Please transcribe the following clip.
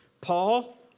Paul